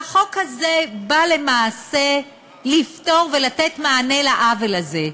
והחוק הזה בא למעשה לפתור ולתת מענה לעוול הזה.